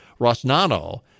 Rosnano